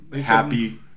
happy